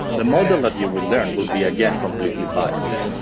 the model that you will learn will be again, completely biased.